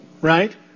right